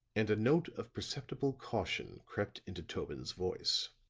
and a note of perceptible caution crept into tobin's voice.